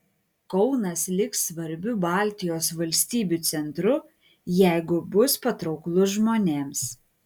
kaunas liks svarbiu baltijos valstybių centru jeigu bus patrauklus žmonėms